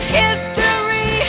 history